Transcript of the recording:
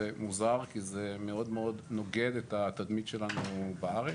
מוזר כי זה מאוד נוגד את התדמית שלנו בארץ.